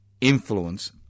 influence